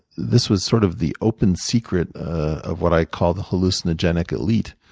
this was sort of the open secret of what i call the hallucinogenic elite,